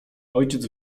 ojciec